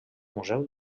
museu